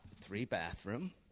three-bathroom